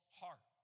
heart